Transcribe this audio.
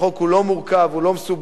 החוק הוא לא מורכב, הוא לא מסובך.